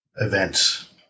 events